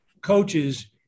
coaches